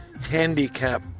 handicap